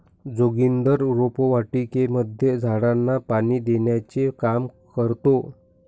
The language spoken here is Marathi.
जोगिंदर रोपवाटिकेमध्ये झाडांना पाणी देण्याचे काम करतो